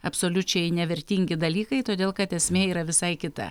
absoliučiai nevertingi dalykai todėl kad esmė yra visai kita